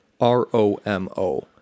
R-O-M-O